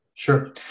Sure